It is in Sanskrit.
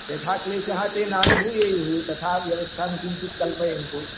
यथा क्लेशः ते नानुभवेयुः तथा व्यवस्थां किञ्चित् कल्पयन्तु